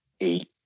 Eight